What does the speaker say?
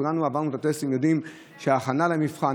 כולנו עברנו טסט ויודעים שיש הכנה למבחן,